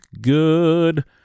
good